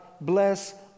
bless